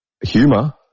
Humor